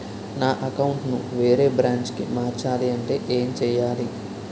నా అకౌంట్ ను వేరే బ్రాంచ్ కి మార్చాలి అంటే ఎం చేయాలి?